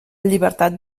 llibertat